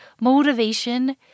motivation